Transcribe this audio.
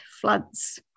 floods